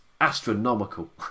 astronomical